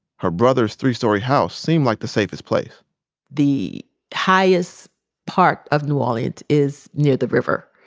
her brother's three-story house seemed like the safest place the highest part of new orleans is near the river.